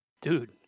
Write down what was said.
dude